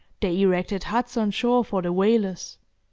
they erected huts on shore for the whalers.